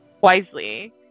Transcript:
wisely